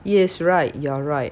yes right you are right